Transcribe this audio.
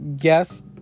yes